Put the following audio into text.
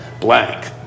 blank